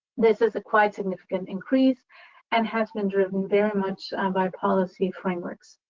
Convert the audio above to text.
this is a quite significant increase and has been driven very much by policy frameworks.